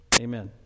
Amen